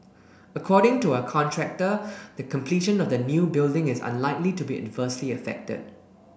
according to our contractor the completion of the new building is unlikely to be adversely affected